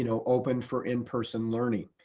you know open for in-person learning.